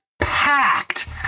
packed